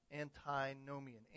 Antinomian